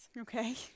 okay